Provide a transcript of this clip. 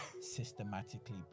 systematically